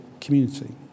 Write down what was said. community